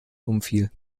umfiel